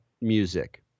music